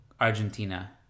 Argentina